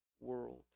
world